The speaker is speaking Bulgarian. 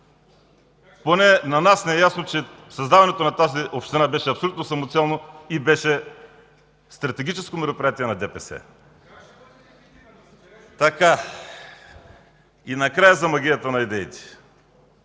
Поне на нас ни е ясно, че създаването на тази община беше абсолютно самоцелно и беше стратегическо мероприятие на ДПС. (Шум в залата.) И накрая – за магията на идеите.